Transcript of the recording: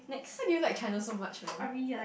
why do you like China so much man